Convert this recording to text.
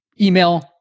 email